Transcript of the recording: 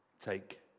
take